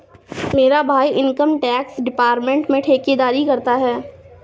मेरा भाई income tax department में ठेकेदारी करता है